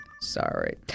Sorry